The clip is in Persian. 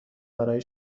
برای